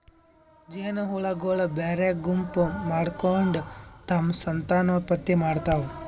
ಜೇನಹುಳಗೊಳ್ ಬ್ಯಾರೆ ಗುಂಪ್ ಮಾಡ್ಕೊಂಡ್ ತಮ್ಮ್ ಸಂತಾನೋತ್ಪತ್ತಿ ಮಾಡ್ತಾವ್